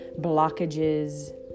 blockages